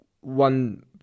one